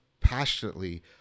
passionately